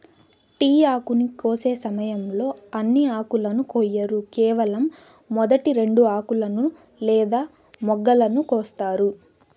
tea ఆకును కోసే సమయంలో అన్ని ఆకులను కొయ్యరు కేవలం మొదటి రెండు ఆకులను లేదా మొగ్గలను కోస్తారు